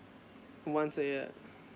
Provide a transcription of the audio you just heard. once a year